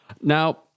Now